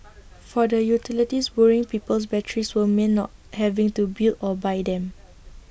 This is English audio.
for the utilities borrowing people's batteries would mean not having to build or buy them